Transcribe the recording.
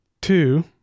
Two